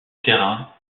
terrain